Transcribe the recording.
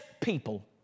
people